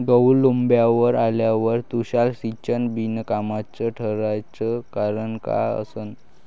गहू लोम्बावर आल्यावर तुषार सिंचन बिनकामाचं ठराचं कारन का असन?